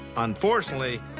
unfortunately,